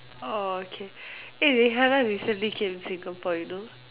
orh okay eh Rihanna recently came Singapore you know